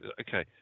Okay